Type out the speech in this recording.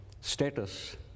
status